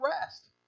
rest